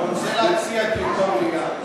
הוא רוצה להציע דיון במליאה.